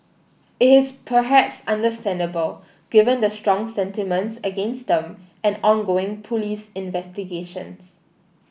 it is perhaps understandable given the strong sentiments against them and ongoing police investigations